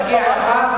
תשמע.